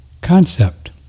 concept